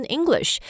English